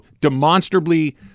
demonstrably